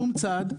שום צעד,